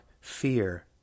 Fear